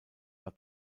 war